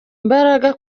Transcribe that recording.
imbaraga